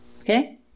Okay